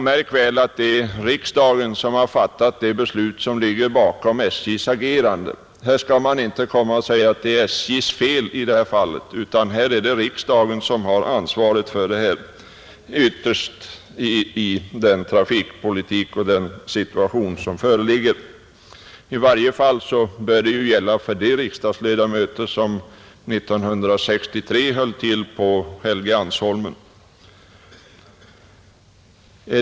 Märk väl att det är riksdagen som har fattat det beslut som ligger bakom SJs agerande! Här skall man inte komma och säga att det är SJ:s fel, utan det är riksdagen som ytterst har ansvaret för den trafikpolitiska situation som föreligger. I varje fall bör det gälla för de riksdagsledamöter som 1963 höll till på Helgeandsholmen.